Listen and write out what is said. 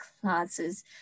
classes